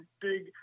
big